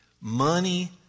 money